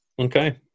Okay